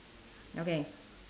okay